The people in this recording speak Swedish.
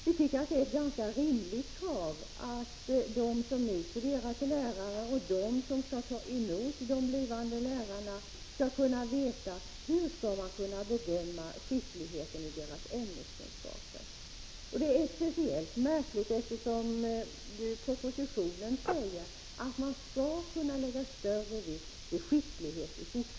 Vi tycker att det är ett ganska rimligt krav att de som nu studerar till lärare och de som skall ta emot de blivande lärarna vet hur man skall kunna bedöma skickligheten i deras ämneskunskaper. Det är speciellt märkligt att vi inte får förståelse för detta, eftersom det sägs i propositionen att man i fortsättningen skall kunna lägga större vikt vid skicklighet.